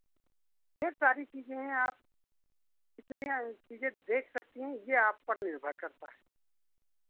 ढेर सारी चीज़ें हैं आप कितनी चीज़ें देख सकती हैं ये आप पर निर्भर करता है